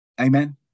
Amen